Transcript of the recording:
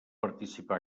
participà